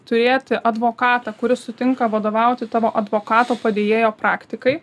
turėti advokatą kuris sutinka vadovauti tavo advokato padėjėjo praktikai